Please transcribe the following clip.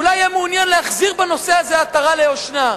אולי יהיה מעוניין להחזיר בנושא הזה עטרה ליושנה.